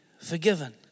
forgiven